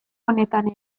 honetan